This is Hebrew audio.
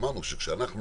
אמרנו כשאנחנו